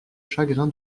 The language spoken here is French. chagrin